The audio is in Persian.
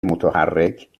متحرک